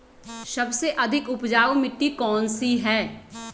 सबसे अधिक उपजाऊ मिट्टी कौन सी हैं?